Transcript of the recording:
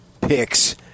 picks